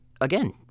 again